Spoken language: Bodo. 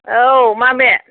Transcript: औ माबे